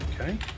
okay